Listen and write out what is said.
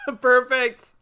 perfect